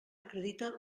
acredita